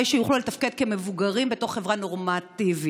שיוכלו לתפקד כמבוגרים בתוך חברה נורמטיבית.